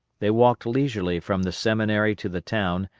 they walked leisurely from the seminary to the town,